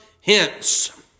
hence